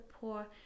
poor